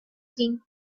seen